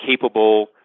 capable